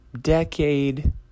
decade